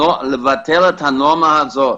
לוותר על הנורמה הזאת